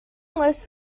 list